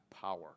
power